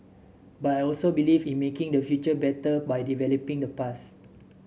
but I also believe in making the future better by developing the past